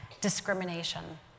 discrimination